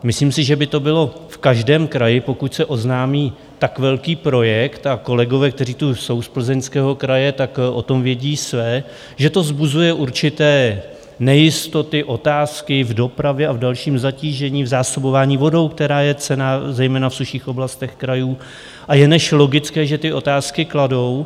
Myslím si, že by to bylo v každém kraji, pokud se oznámí tak velký projekt, a kolegové, kteří tu jsou z Plzeňského kraje, o tom vědí své, že to vzbuzuje určité nejistoty, otázky v dopravě a v dalším zatížení, v zásobování vodou, která je cenná zejména v sušších oblastech krajů, a je jen logické, že ty otázky kladou.